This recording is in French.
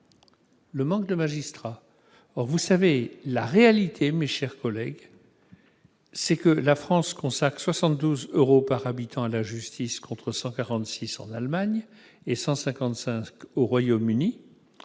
le manque de magistrats. La réalité, mes chers collègues, c'est que la France consacre chaque année 72 euros par habitant à la justice, contre 146 euros en Allemagne et 155 au Royaume-Uni.